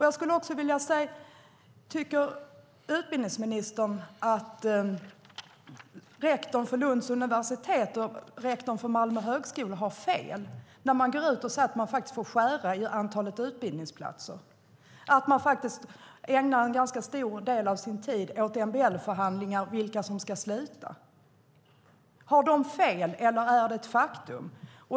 Jag skulle vilja fråga: Tycker utbildningsministern att rektorn för Lunds universitet och rektorn för Malmö högskola har fel när de går ut och säger att de får skära i antalet utbildningsplatser och att de ägnar en ganska stor del av sin tid åt MBL-förhandlingar om vilka som ska sluta? Har de fel, eller är det ett faktum?